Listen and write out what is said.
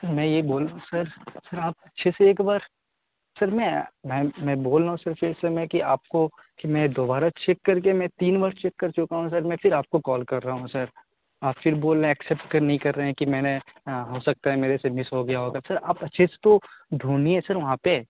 سر میں یہ بول رہا ہوں سر سر آپ اچھے سے ایک بار سر میں میں میں بول رہا ہوں صرف اس سمے کہ آپ کو کہ میں دوبارہ چیک کر کے میں تین بار چیک کر چکا ہوں سر میں پھر آپ کو کال کر رہا ہوں سر آپ پھر بول رہے ہیں ایکسیپٹ کر نہیں کر رہے ہیں کہ میں نے ہو سکتا ہے میرے سے مس ہو گیا ہوگا سر آپ اچھے سے تو ڈھونیے سر وہاں پہ